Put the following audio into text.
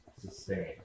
sustain